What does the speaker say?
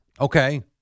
Okay